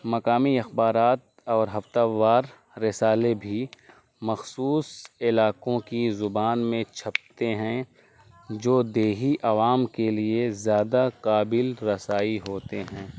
مقامی اخبارات اور ہفتہ وار رسالے بھی مخصوص علاقوں کی زبان میں چھپتے ہیں جو دیہی عوام کے لیے زیادہ قابل رسائی ہوتے ہیں